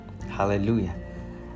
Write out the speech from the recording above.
Hallelujah